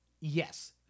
Yes